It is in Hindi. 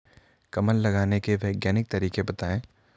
कमल लगाने के वैज्ञानिक तरीके बताएं?